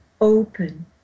open